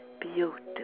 beautiful